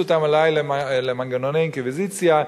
אותם אולי למנגנוני אינקוויזיציה,